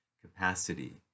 capacity